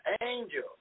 angel